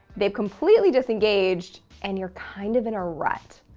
they've completely disengaged, and you're kind of in a rut.